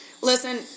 Listen